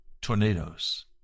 Tornadoes